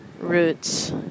roots